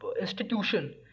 institution